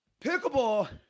Pickleball